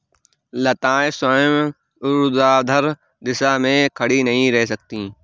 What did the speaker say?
लताएं स्वयं ऊर्ध्वाधर दिशा में खड़ी नहीं रह सकती